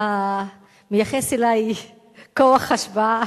אתה מייחס לי כוח השפעה